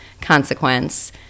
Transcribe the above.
consequence